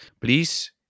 please